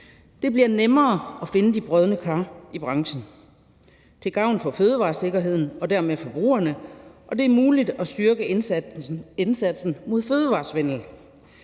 Det bliver nemmere at finde de brodne kar i branchen til gavn for fødevaresikkerheden og dermed forbrugerne, og det er muligt at styrke indsatsen mod fødevaresvindel.